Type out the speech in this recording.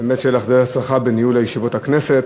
באמת שתהיה לך דרך צלחה בניהול ישיבות הכנסת.